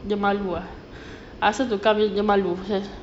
dia malu ah ask her to come dia malu